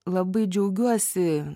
labai džiaugiuosi